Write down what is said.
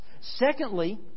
Secondly